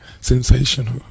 Sensational